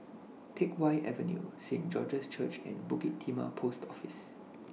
Teck Whye Avenue Saint George's Church and Bukit Timah Post Office